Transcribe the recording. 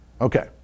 okay